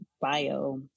bio